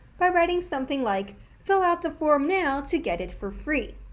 by writing something like fill out the form now to get it for free.